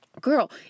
girl